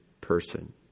person